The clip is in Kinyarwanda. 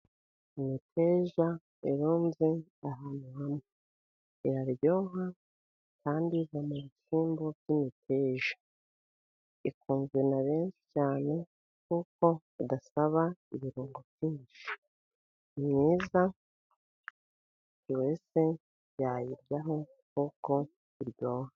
Imiteja irunze ahantu hamwe iraryoha kandi iva mu bishyumbo by'imiteja, ikunzwe na benshi cyane kuko idasaba ibirungo byinshi ni myiza buri wese yayiryaho kuko iryoha.